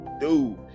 dude